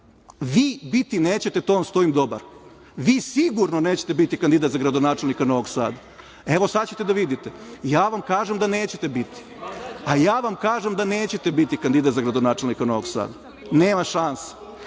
Vi biti nećete, tu vam stojim dobar. Vi sigurno nećete biti kandidat za gradonačelnika Novog Sada, evo sad ćete da vidite. Ja vam kažem da nećete biti. Ja vam kažem da nećete biti kandidat za gradonačelnika Novog Sada, nema šanse.